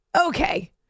Okay